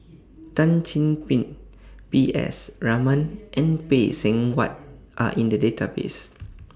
Tan Chin Bin P S Raman and Phay Seng Whatt Are in The Database